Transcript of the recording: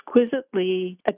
exquisitely